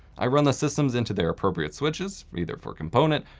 i run the systems into their appropriate switches, either for component,